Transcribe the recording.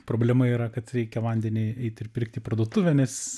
problema yra kad reikia vandenį eit ir pirkt į parduotuvę nes